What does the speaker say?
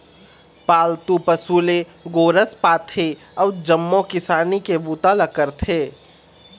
पालतू पशु ले गोरस पाथे अउ जम्मो किसानी के बूता ल करथे